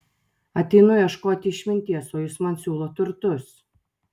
ateinu ieškoti išminties o jis man siūlo turtus